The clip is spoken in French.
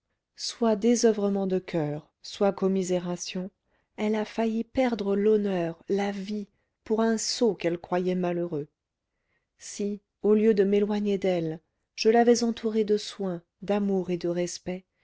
soit désoeuvrement de coeur soit commisération elle a failli perdre l'honneur la vie pour un sot qu'elle croyait malheureux si au lieu de m'éloigner d'elle je l'avais entourée de soins d'amour et de respects